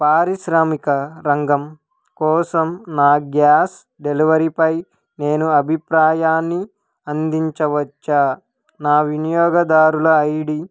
పారిశ్రామిక రంగం కోసం నా గ్యాస్ డెలివరీపై నేను అభిప్రాయాన్ని అందించవచ్చా నా వినియోగదారుల ఐ డి